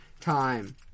time